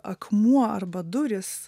akmuo arba durys